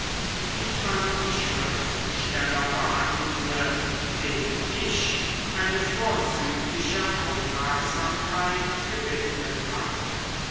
wie man die schriftsteller behandle denen ich eine vorzügliche aufmerksamkeit gewidmet hatte